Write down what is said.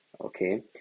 Okay